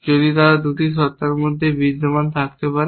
যদি তারা দুটি সত্তার মধ্যে বিদ্যমান থাকতে পারে